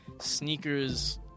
sneakers